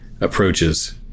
approaches